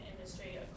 industry